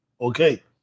okay